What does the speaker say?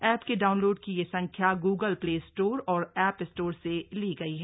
app के download की ये संख्या गूगल प्ले स्टोर और एप स्टोर से ली गई है